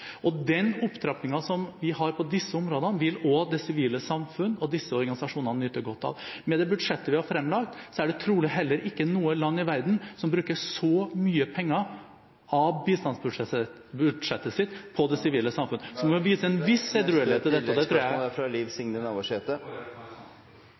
Og den opptrappingen som vi har på disse områdene, vil også det sivile samfunn og disse organisasjonene nyte godt av. Med det budsjettet vi har fremlagt, er det trolig ikke noe land i verden som bruker så mye penger av bistandsbudsjettet sitt på det sivile samfunn. Da er tiden ute. Så man må vise en viss edruelighet i dette. Det tror jeg Kristelig Folkeparti har sansen for. Liv Signe Navarsete